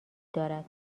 دارد